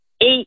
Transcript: eight